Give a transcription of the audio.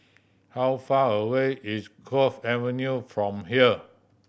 how far away is Cove Avenue from here